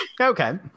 Okay